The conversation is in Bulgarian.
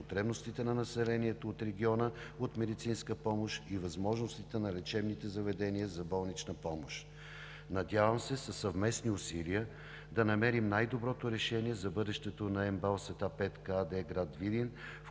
потребностите на населението от региона от медицинска помощ и възможностите на лечебните заведения за болнична помощ. Надявам се със съвместни усилия да намерим най-доброто решение за бъдещето на МБАЛ „Св. Петка“ АД – град Видин,